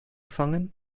fangen